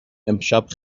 امشب